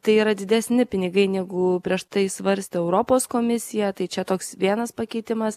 tai yra didesni pinigai negu prieš tai svarstė europos komisija tai čia toks vienas pakeitimas